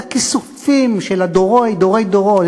את הכיסופים של דורי דורות,